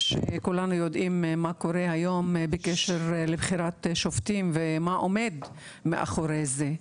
שכולנו יודעים מה קורה היום בקשר לבחירת שופטים ומה עומד מאחורי זה.